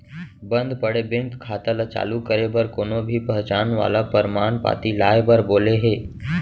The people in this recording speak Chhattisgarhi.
बंद पड़े बेंक खाता ल चालू करे बर कोनो भी पहचान वाला परमान पाती लाए बर बोले हे